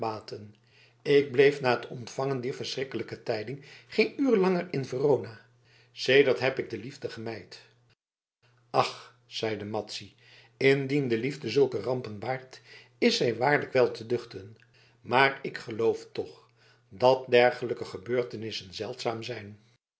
ik bleef na het ontvangen dier vreeselijke tijding geen uur langer in verona sedert heb ik de liefde gemijd ach zeide madzy indien de liefde zulke rampen baart is zij waarlijk wel te duchten maar ik geloof toch dat dergelijke gebeurtenissen zeldzaam zijn